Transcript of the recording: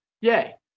yay